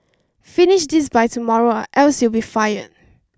finish this by tomorrow or else you'll be fired